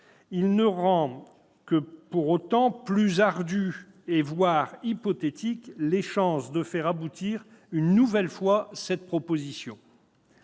il ne rend que d'autant plus ardues, voire hypothétiques, les chances de faire aboutir une nouvelle fois cette proposition.